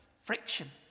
friction